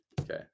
Okay